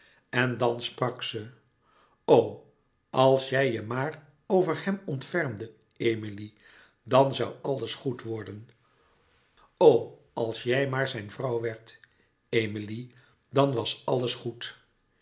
en dan sprak ze o als jij je maar over hem ontfermde emilie dan zoû alles goed worden o als jij maar zijn vrouw werd emilie dan was alles goed